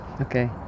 Okay